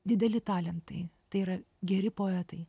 dideli talentai tai yra geri poetai